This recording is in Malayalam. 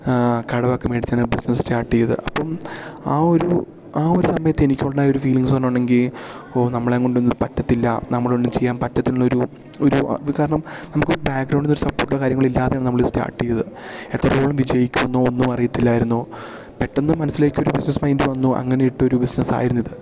കടമൊക്കെ മേടിച്ചാണ് ബിസിനസ് സ്റ്റാർട്ട് ചെയ്ത് അപ്പം ആ ഒരു ആ ഒരു സമയത്ത് എനിക്ക് ഉണ്ടായ ഒരു ഫീലിങ്സ് പറഞ്ഞിട്ടുണ്ടെങ്കിൽ ഓ നമ്മളെയുംകൊണ്ടൊന്നും പറ്റത്തില്ല നമ്മളൊന്നും ചെയ്യാൻ പറ്റത്തുള്ള ഒരു ഒരു ഒരു കാരണം നമുക്കൊരു ബാക്ക്ഗ്രൗണ്ട്നിന്ന് ഒരു സപ്പോട്ടോ കാര്യങ്ങളോ ഇല്ലാതെയാണ് നമ്മൾ ഇത് സ്റ്റാർട്ട് ചെയ്തത് എത്രത്തോളം വിജയിക്കുന്നോ ഒന്നും അറിയത്തില്ലായിരുന്നു പെട്ടെന്ന് മനസ്സിലേക്കൊരു ബിസ്നസ് മൈൻഡ് വന്നു അങ്ങനെ ഇട്ട ഒരു ബിസ്നസ്സ് ആയിരുന്നു ഇത്